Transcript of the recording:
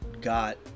got